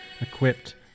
equipped